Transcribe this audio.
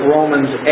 Romans